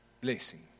blessing